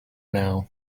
now